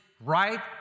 right